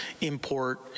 import